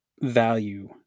Value